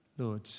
Lord